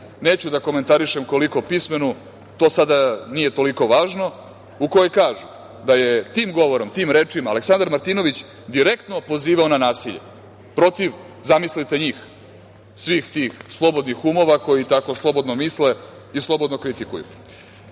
neću da komentarišem koliko pismenu, to sada nije toliko važno, u kojoj kažu da je tim govorom, tim rečima Aleksandar Martinović direktno pozivao na nasilje protiv, zamislite, njih, svih tih slobodnih umova koji tako slobodno misle i slobodno kritikuju. Da